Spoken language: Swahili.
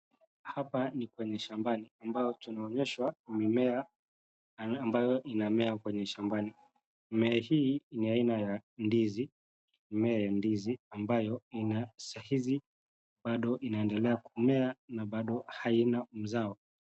Hapa ni kwenye shambani ambayo tunaonyeshwa mimea ambayo inamea kwenye shambani. Mmea hii ni ya aina ya ndizi, mmea wa ndizi ambayo sahizi inaendelea kumea na bado haina mzao.